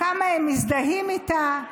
כמה הם מזדהים איתה,